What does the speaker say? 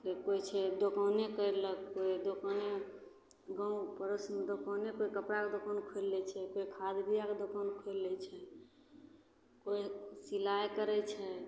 तऽ कोइ छै दोकाने करलक कोइ दोकाने गाम पड़ोसमे दोकाने कोइ कपड़ाके दोकान खोलि लै छै कोइ कागजे आओरके दोकान खोलि लै छै कोइ सिलाइ करै छै